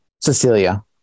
cecilia